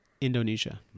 Indonesia